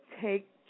take